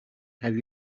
have